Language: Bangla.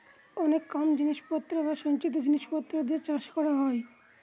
অনেক কম জিনিস পত্র বা সঞ্চিত জিনিস পত্র দিয়ে চাষ করা হয়